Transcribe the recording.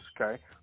okay